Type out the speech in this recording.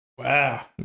Wow